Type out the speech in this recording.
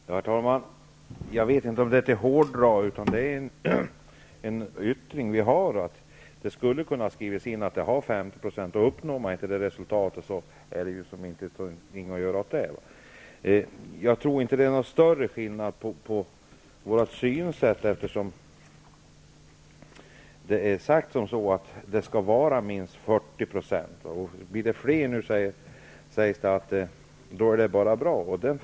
Herr talman! Jag vet inte om det är att hårdra det. Vi anser att det skulle ha kunnat skrivas in att vi vill ha 50 %. Uppnår man inte det resultatet är det ju ingenting att göra åt. Jag tror inte att det är någon större skillnad mellan våra synsätt, eftersom utskottet har uttalat att det skall vara minst 40 %. Blir det en större andel är det bara bra, sägs det.